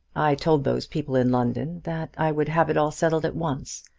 i told those people in london that i would have it all settled at once,